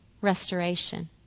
restoration